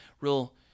real